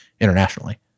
internationally